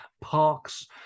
parks